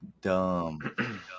Dumb